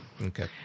Okay